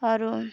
ᱟᱨᱚ